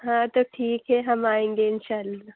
ہاں تو ٹھیک ہے ہم آئیں گے ان شاء اللہ